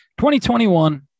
2021